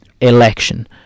election